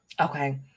Okay